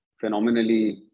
phenomenally